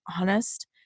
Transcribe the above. honest